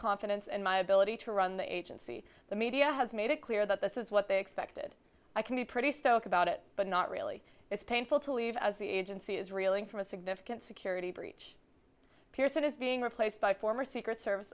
confidence in my ability to run the agency the media has made it clear that this is what they expected i can be pretty stoic about it but not really it's painful to leave as the agency is reeling from a significant security breach pearson is being replaced by former secret service